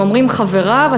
ואומרים חבריו,